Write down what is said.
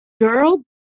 Girl